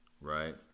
right